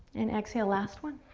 and exhale, last one.